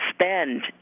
spend